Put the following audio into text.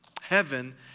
Heaven